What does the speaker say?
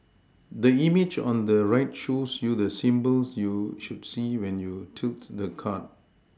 the image on the right shows you the symbols you should see when you tilt the card